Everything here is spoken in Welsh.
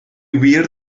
wir